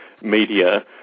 media